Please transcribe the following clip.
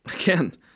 Again